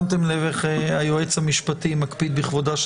שמתם לב איך היועץ המשפטי מקפיד בכבודה של